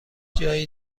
جایی